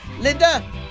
Linda